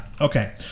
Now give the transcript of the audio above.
Okay